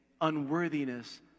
unworthiness